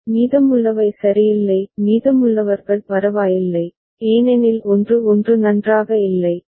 I J bar B bar Bn bar ஒரு பட்டி இதேபோல் மீதமுள்ள நிகழ்வுகளுக்கு இந்த பகுதி உங்களுக்கு நன்றாகத் தெரியும் ஆமாம் தானே